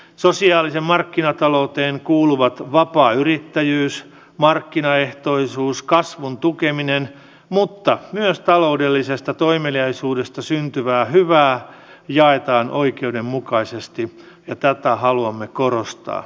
sosiaaliseen markkinatalouteen kuuluvat vapaa yrittäjyys markkinaehtoisuus kasvun tukeminen mutta myös taloudellisesta toimeliaisuudesta syntyvää hyvää jaetaan oikeudenmukaisesti ja tätä haluamme korostaa